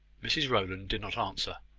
mrs rowland did not answer,